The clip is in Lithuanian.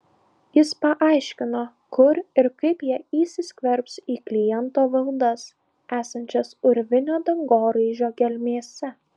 jis paaiškino kur ir kaip jie įsiskverbs į kliento valdas esančias urvinio dangoraižio gelmėse